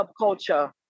subculture